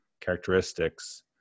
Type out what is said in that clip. characteristics